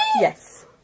Yes